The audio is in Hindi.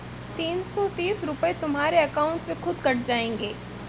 तीन सौ तीस रूपए तुम्हारे अकाउंट से खुद कट जाएंगे